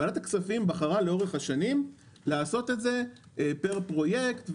ועדת הכספים בחרה לאורך השנים לעשות את זה פר פרויקט.